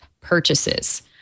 purchases